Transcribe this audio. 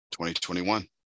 2021